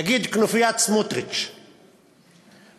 נגיד, כנופיית סמוּטריץ מחליטה,